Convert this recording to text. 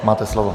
Máte slovo.